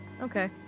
Okay